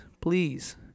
please